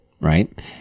right